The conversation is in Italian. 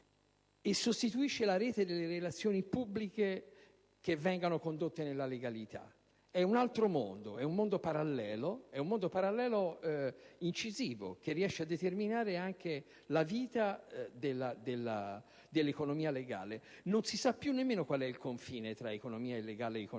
e sostituisce la rete delle relazioni pubbliche che vengono condotte nella legalità. E' un altro mondo, un mondo parallelo, incisivo, che riesce a determinare anche la vita dell'economia legale. Non si sa più nemmeno quale sia il confine tra economia legale e economia